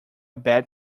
bad